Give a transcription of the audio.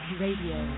radio